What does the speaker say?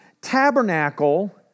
tabernacle